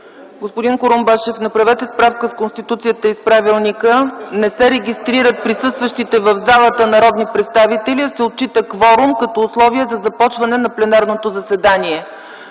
Господин Курумбашев, направете справка с Конституцията и с правилника. Не се регистрират присъстващите в залата народни представители, а се отчита кворум като условие за започване на пленарното заседание.